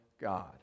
God